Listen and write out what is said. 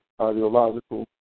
ideological